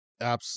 apps